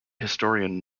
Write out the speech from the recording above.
historian